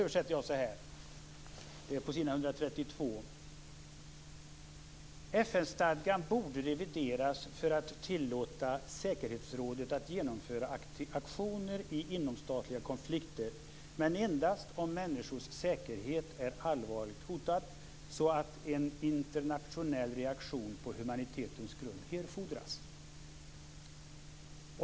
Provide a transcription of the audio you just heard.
FN-stadgan borde revideras för att tillåta säkerhetsrådet att genomföra aktioner i inomstatliga konflikter men endast om människors säkerhet är allvarligt hotad så att en internationell reaktion på humanitetens grund erfordras.